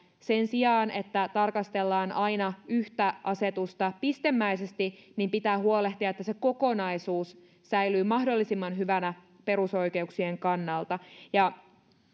sen sijaan että tarkastellaan aina yhtä asetusta pistemäisesti pitää huolehtia että se kokonaisuus säilyy mahdollisimman hyvänä perusoikeuksien kannalta ja